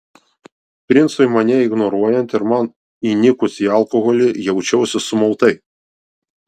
princui mane ignoruojant ir man įnikus į alkoholį jaučiausi sumautai